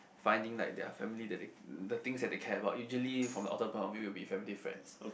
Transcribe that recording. find like their family that they the things that they care about usually from the author point of view will be family friends